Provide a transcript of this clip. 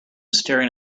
staring